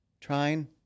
trying